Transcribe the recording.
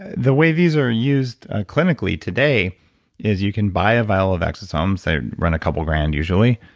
the way these are used clinically today is you can buy a vial of exosomes. they run a couple grand usually,